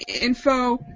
Info